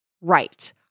right